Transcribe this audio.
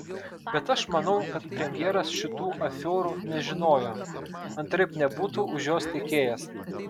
bet aš manau kad premjeras šitų afiorų nežinojo antraip nebūtų už jos tekėjęs